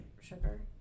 sugar